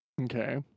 okay